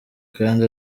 kandi